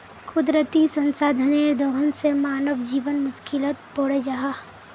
कुदरती संसाधनेर दोहन से मानव जीवन मुश्कीलोत पोरे जाहा